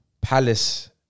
Palace